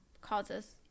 causes